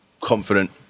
confident